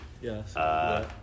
Yes